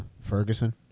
Ferguson